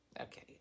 Okay